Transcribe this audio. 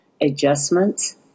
adjustments